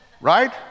right